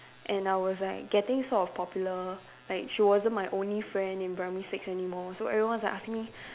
and I was like getting sort of popular like she wasn't my only friend in primary six anymore so everyone was like asking me